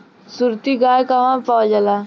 सुरती गाय कहवा पावल जाला?